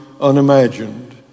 unimagined